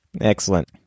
Excellent